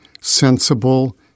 sensible